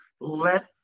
let